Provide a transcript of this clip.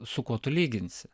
su kuo tu lyginsi